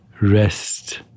Rest